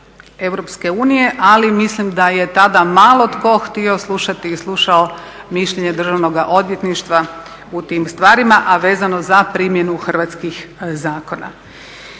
Europske unije ali mislim da je tada malo tko htio slušati i slušao mišljenje Državnoga odvjetništva u tim stvarima a vezano za primjenu hrvatskih zakona.